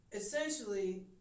Essentially